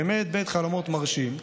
באמת בית חלומות מרשים,